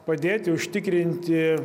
padėti užtikrinti